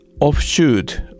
offshoot